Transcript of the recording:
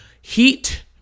heat